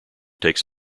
takes